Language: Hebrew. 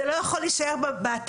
זה לא יכול להישאר בוועדת